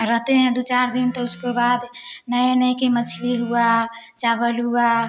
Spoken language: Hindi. रहते हैं दो चार तो उसके बाद नए नए के मछली हुआ चावल हुआ